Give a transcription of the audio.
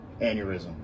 aneurysm